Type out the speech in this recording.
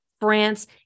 France